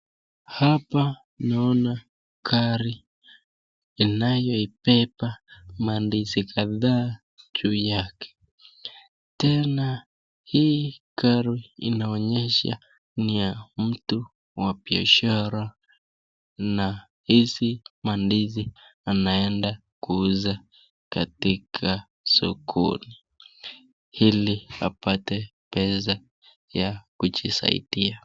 Hapa naona gari inayopepa mandizi kadhaa juu yake tena hii gari inonyesha ni ya mtu wa biashara na hizi mandizi anaenda kuuza katika soko hili apate pesa ya kujisaidia.